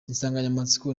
insanganyamatsiko